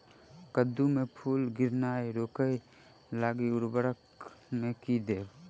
कद्दू मे फूल गिरनाय रोकय लागि उर्वरक मे की देबै?